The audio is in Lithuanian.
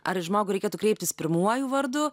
ar į žmogų reikėtų kreiptis pirmuoju vardu